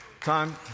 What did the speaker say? Time